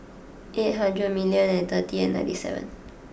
eight hundred million and thirty ninety seven